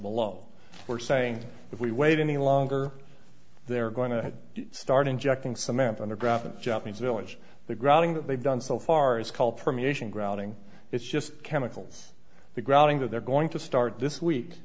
below we're saying if we wait any longer they're going to start injecting cement underground japanese village the grouting that they've done so far is called permeation grouting it's just chemicals the grouting that they're going to start this week